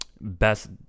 best